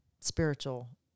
spiritual